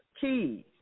Keys